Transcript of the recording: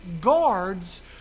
guards